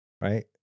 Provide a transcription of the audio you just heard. Right